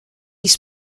later